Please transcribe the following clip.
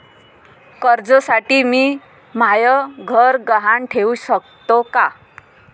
कर्जसाठी मी म्हाय घर गहान ठेवू सकतो का